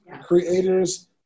creators